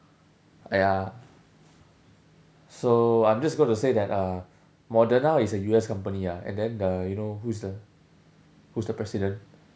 ah ya so I'm just going to say that uh moderna is a U_S company ah and then the you know who's the who's the president